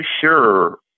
sure